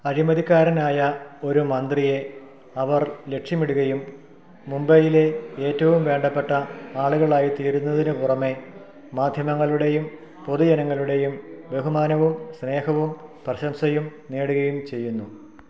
അഴിമതിക്കാരനായ ഒരു മന്ത്രിയെ അവർ ലക്ഷ്യമിടുകയും മുംബൈയിലെ ഏറ്റവും വേണ്ടപ്പെട്ട ആളുകളായിത്തീരുന്നതിന് പുറമേ മാദ്ധ്യമങ്ങളുടെയും പൊതുജനങ്ങളുടെയും ബഹുമാനവും സ്നേഹവും പ്രശംസയും നേടുകയും ചെയ്യുന്നു